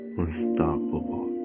unstoppable